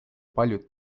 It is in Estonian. paljud